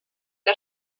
que